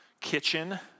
kitchen